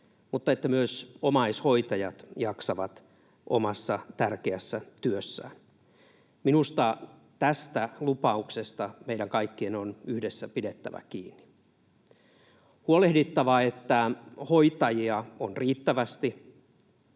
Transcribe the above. mutta että myös omaishoitajat jaksavat omassa tärkeässä työssään. Minusta tästä lupauksesta meidän kaikkien on yhdessä pidettävä kiinni. On huolehdittava, että hoitajia on riittävästi,